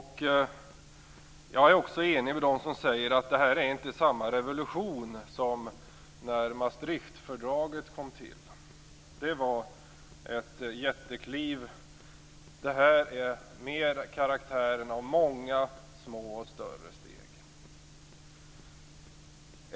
Jag är också enig med dem som säger att det här inte är samma revolution som när Maastrichtfördraget kom till. Det var ett jättekliv, och det här har mer karaktären av många små och större steg.